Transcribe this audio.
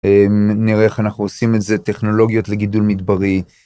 נראה איך אנחנו עושים את זה, טכנולוגיות לגידול מדברי.